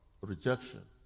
rejection